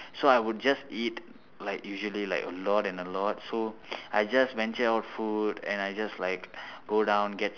so I would just eat like usually like a lot and a lot so I just venture out food and I just like go down get